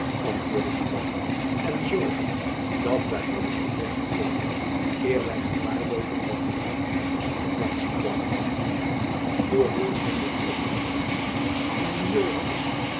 antwoordde buat en zorgen dat wij ons op weg begeven eer wy gevaar loopen van te laat op de verzamelingsplaats te komen gourville scheen dit ook te begrijpen en mignot roepende